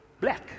black